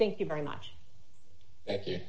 thank you very much if you